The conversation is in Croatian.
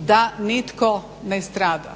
da nitko ne strada,